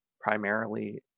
primarily